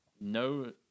No